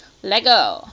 leggo